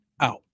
out